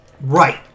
Right